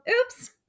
oops